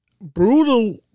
brutal